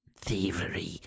thievery